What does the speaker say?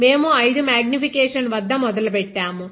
మేము 5 X magnification వద్ద మొదలు పెట్టాము